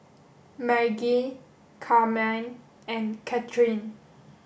Maggie Carmine and Katheryn